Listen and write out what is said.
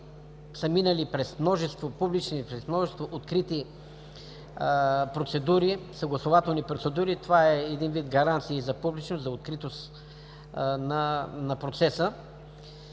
са минали през множество публични, открити и съгласувателни процедури. Това е един вид гаранции за публичност, за откритост на процеса.